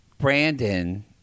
Brandon